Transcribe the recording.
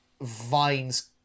vines